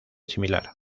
similar